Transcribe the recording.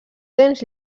temps